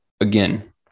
again